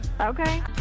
Okay